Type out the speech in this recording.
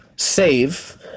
save